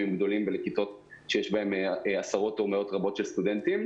גדולים ולכיתות שיש בהן עשרות או מאות של סטודנטים,